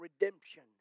redemption